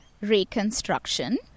reconstruction